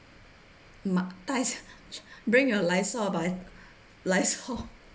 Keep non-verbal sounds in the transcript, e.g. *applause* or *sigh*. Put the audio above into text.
*breath* bring your lysol b~ lysol